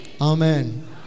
Amen